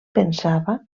pensava